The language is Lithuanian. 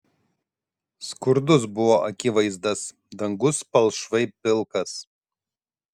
skurdus buvo akivaizdas dangus palšvai pilkas